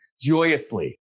joyously